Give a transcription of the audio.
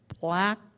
black